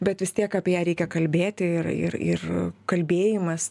bet vis tiek apie ją reikia kalbėti ir ir ir kalbėjimas